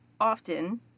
often